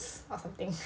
or something